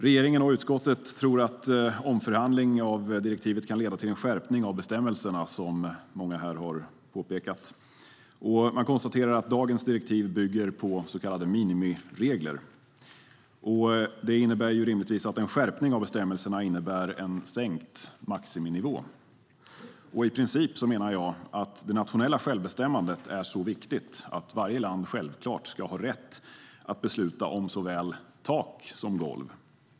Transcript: Regeringen och utskottet tror att en omförhandling av direktivet kan leda till en skärpning av bestämmelserna, som många här har påpekat. Man konstaterar att dagens direktiv bygger på så kallade minimiregler. Det innebär rimligtvis att en skärpning av bestämmelserna betyder en sänkt maximinivå. I princip menar jag att det nationella självbestämmandet är så viktigt att varje land självklart ska ha rätt att besluta om såväl tak som golv.